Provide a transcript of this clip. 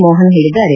ಮೋಹನ್ ಹೇಳಿದ್ದಾರೆ